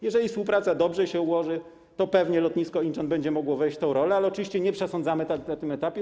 Jeżeli współpraca dobrze się ułoży, to pewnie lotnisko Incheon będzie mogło wejść w tę rolę, ale oczywiście nie przesądzamy tego na tym etapie.